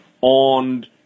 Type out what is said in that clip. on